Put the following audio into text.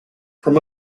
from